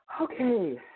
Okay